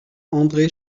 andré